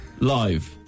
live